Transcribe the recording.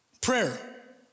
prayer